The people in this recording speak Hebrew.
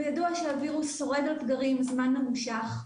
וידוע שהווירוס שורד על פגרים זמן ממושך.